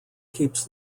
keeps